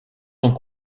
sont